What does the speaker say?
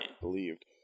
believed